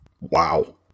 Wow